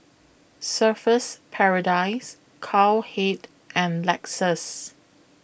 Surfer's Paradise Cowhead and Lexus